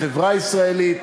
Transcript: בחברה הישראלית.